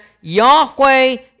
Yahweh